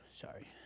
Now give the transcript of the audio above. sorry